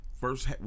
first